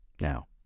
Now